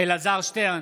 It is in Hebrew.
אלעזר שטרן,